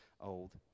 old